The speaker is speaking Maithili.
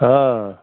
हाँ